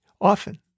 often